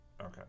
okay